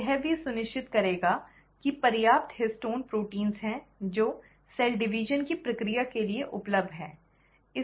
cell यह भी सुनिश्चित करेगा कि पर्याप्त हिस्टोन प्रोटीन है जो कोशिका विभाजन की प्रक्रिया के लिए उपलब्ध है